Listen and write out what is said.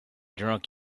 drunk